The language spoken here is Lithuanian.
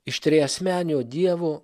iš triasmenio dievo